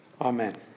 Amen